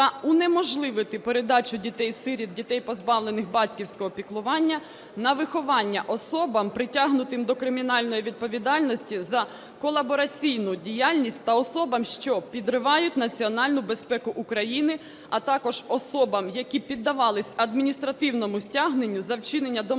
та унеможливити передачу дітей-сиріт, дітей, позбавлених батьківського піклування, на виховання особам, притягнутим до кримінальної відповідальності за колабораційну діяльність, та особам, що підривають національну безпеку України, а також особам, які піддавалися адміністративному стягненню за вчинення домашнього